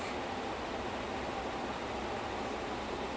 in you cannot finish the food also that's practically impossible